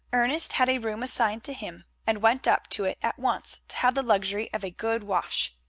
ernest had a room assigned to him, and went up to it at once to have the luxury of a good wash.